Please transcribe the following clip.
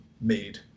made